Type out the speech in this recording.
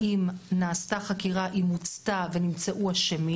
האם נעשתה חקירה היא מוצתה ונמצאו אשמים?